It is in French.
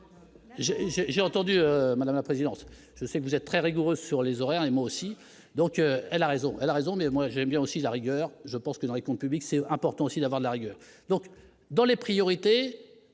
j'ai entendu, madame la présidente, je sais que vous êtes très rigoureux sur les horaires et moi aussi, donc elle a raison, elle a raison, mais moi j'aime bien aussi la rigueur, je pense que dans les comptes publics, c'est important aussi d'avoir la rigueur donc dans les priorités,